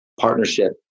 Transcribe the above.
partnership